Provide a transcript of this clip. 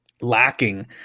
lacking